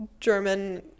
German